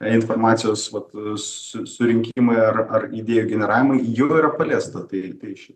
informacijos vat su surinkimai ar ar idėjų generavimai jau yra paliesta tai tai ši